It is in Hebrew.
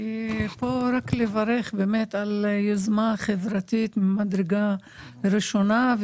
אני יכולה רק לברך על היוזמה החברתית ממדרגה ראשונה.